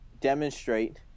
demonstrate